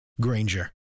Granger